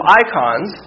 icons